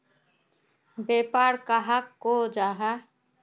व्यापार कहाक को जाहा?